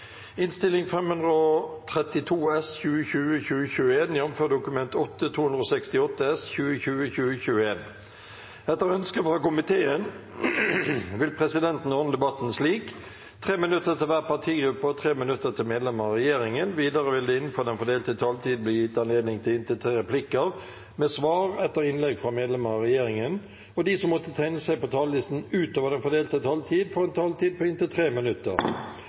minutter til medlemmer av regjeringen. Videre vil det – innenfor den fordelte taletid – bli gitt anledning til inntil seks replikker med svar etter innlegg fra medlemmer av regjeringen, og de som måtte tegne seg på talerlisten utover den fordelte taletid, får en taletid på inntil 3 minutter.